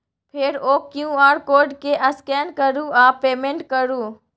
फेर ओ QR code केँ स्कैन करु आ पेमेंट करु